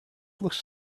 looks